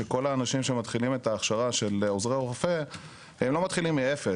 שכל האנשים שמתחילים את ההכשרה של עוזרי רופא הם לא מתחילים מאפס.